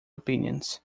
opinions